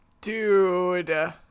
Dude